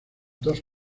dos